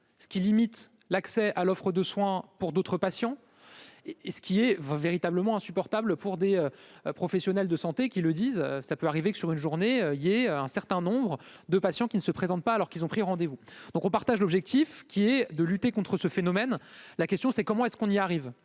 ce qui limite l'accès à l'offre de soins pour d'autres patients et et ce qui est véritablement insupportable pour des professionnels de santé qui le disent, ça peut arriver que sur une journée, il y ait un certain nombre de patients qui ne se présentent pas alors qu'ils ont pris rendez-vous donc on partage l'objectif qui est de lutter contre ce phénomène, la question c'est comment est-ce qu'on y arrive,